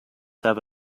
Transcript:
have